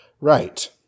Right